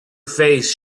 face